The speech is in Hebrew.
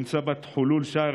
(אומר דברים בשפה הערבית,